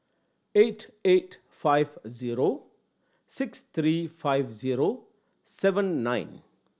eight eight five zero six three five zero seven nine